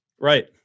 Right